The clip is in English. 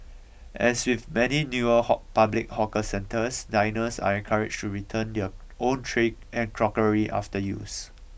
as with many newer public hawker centres diners are encouraged to return their own tray and crockery after use